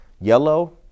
Yellow